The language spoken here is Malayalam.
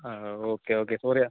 ആ ഓക്കെ ഓക്കേ സോറി